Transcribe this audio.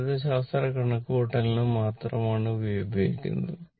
ഗണിതശാസ്ത്ര കണക്കുകൂട്ടലിന് മാത്രമാണ് ഇവയുപയോഗിക്കുന്നതു